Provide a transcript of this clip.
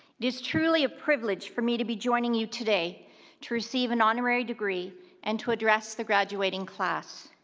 it is truly a privilege for me to be joining you today to receive an honorary degree and to address the graduating class.